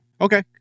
Okay